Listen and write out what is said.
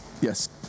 yes